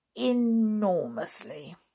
enormously